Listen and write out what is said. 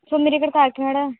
so మీరు ఇక్కడ కాకినాడ